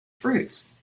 fruits